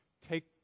take